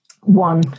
one